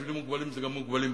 בשבילי מוגבלים זה גם מוגבלים בבנק,